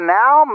now